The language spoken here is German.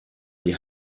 die